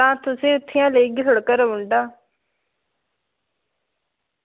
तां तुसें ई इत्थै लेई औंदा थुआढ़े घर दा